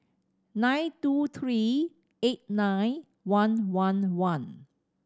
nine two three eight nine one one one